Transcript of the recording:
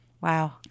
Wow